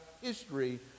history